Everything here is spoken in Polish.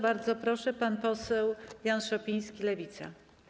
Bardzo proszę, pan poseł Jan Szopiński, Lewica.